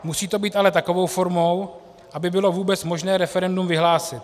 Musí to být ale takovou formou, aby bylo vůbec možné referendum vyhlásit.